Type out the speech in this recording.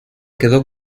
quedó